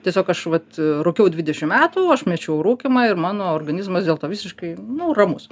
tiesiog aš vat rūkiau dvidešim metų aš mečiau rūkymą ir mano organizmas dėl to visiškai nu ramus